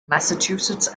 massachusetts